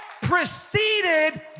preceded